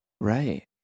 Right